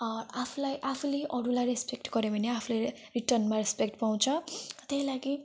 आफूलाई आफूले अरूलाई रेस्पेक्ट गऱ्यो भने आफूले रिटर्नमा रेस्पेक्ट पाउँछ त्यही लागि